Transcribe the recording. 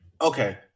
Okay